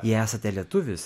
jei esate lietuvis